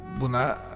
buna